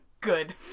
good